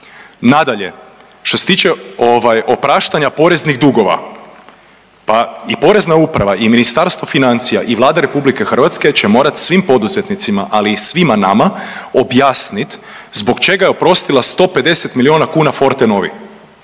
Nadalje, što se tiče opraštanja poreznih dugova, pa i Porezna uprava i Ministarstvo financija i Vlada Republike Hrvatske će morati svim poduzetnicima ali i svima nama objasniti zbog čega je oprostila 150 milijuna kuna Fortenovi.